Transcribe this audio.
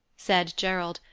said gerald,